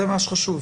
זה מה שחשוב,